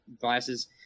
glasses